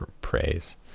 praise